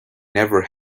never